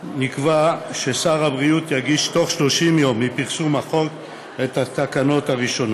נקבע ששר הבריאות יגיש בתוך 30 יום מפרסום החוק את התקנות הראשונות.